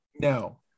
No